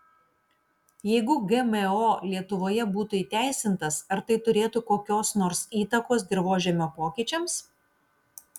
jeigu gmo lietuvoje būtų įteisintas ar tai turėtų kokios nors įtakos dirvožemio pokyčiams